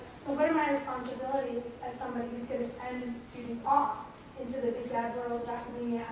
my responsibilities as somebody who's going to send students off into the big, bad world of